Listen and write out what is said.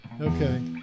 Okay